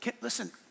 Listen